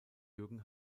jürgen